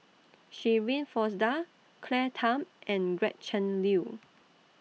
Shirin Fozdar Claire Tham and Gretchen Liu